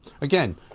Again